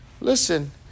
Listen